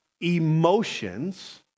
emotions